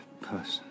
person